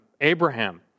Abraham